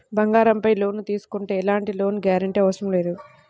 బంగారంపై లోను తీసుకుంటే ఎలాంటి లోను గ్యారంటీ అవసరం లేదు